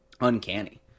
uncanny